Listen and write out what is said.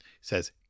Says